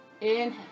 Inhale